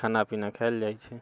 खाना पीना खाएल जाइत छै